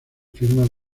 firmas